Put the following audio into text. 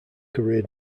career